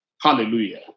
Hallelujah